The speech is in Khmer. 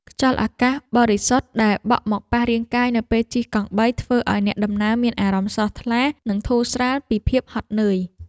ខ្យល់អាកាសបរិសុទ្ធដែលបក់មកប៉ះរាងកាយនៅពេលជិះកង់បីធ្វើឱ្យអ្នកដំណើរមានអារម្មណ៍ស្រស់ថ្លានិងធូរស្រាលពីភាពហត់នឿយ។